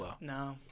No